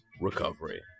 recovery